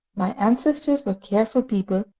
my ancestors were careful people,